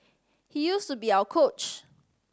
he used to be our coach